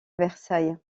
versailles